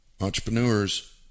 Entrepreneurs